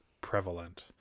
prevalent